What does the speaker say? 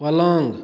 पलङ्ग